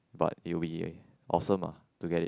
but it'll be awesome ah to get it